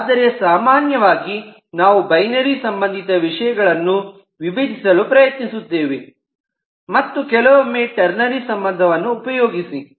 ಆದರೆ ಸಾಮಾನ್ಯವಾಗಿ ನಾವು ಬೈನರಿ ಸಂಬಧಿತ ನಿಯಮಗಳನ್ನು ವಿಭಜಿಸಲು ಪ್ರಯತ್ನಿಸುತ್ತೇವೆ ಮತ್ತು ಕೆಲವೊಮ್ಮೆ ಟೆರ್ನರಿ ಸಂಬಧವನ್ನು ಉಪಯೋಗಿಸಿ